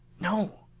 no!